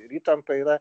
ir įtampa yra